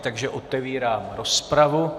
Takže otevírám rozpravu.